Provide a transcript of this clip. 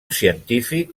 científic